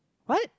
what